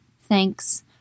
thanks